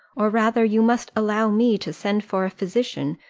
or rather you must allow me to send for a physician,